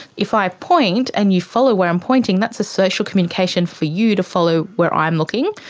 if i point and you follow where i'm pointing, that's a social communication for you to follow where i'm looking.